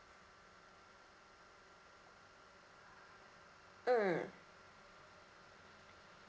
mm